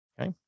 Okay